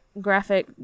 graphic